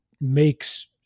makes